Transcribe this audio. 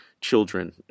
children